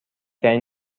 ترین